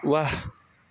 ৱাহ